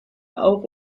auch